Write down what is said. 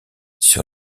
sur